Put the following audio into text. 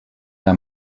der